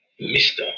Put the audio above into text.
Mr